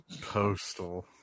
Postal